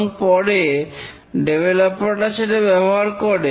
এবং পরে ডেভেলপাররা সেটা ব্যবহার করে